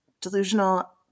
delusional